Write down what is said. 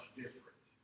different